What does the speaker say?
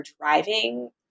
driving